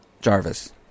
Jarvis